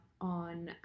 on